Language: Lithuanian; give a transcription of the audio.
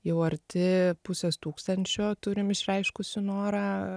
jau arti pusės tūkstančio turim išreiškusių norą